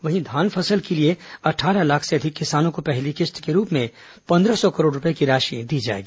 वहीं धान फसल के लिए अट्ठारह लाख से अधिक किसानो को पहली किश्त के रूप में पन्द्रह सौ करोड़ रूपए की राशि दी जाएगी